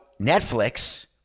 Netflix